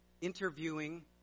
interviewing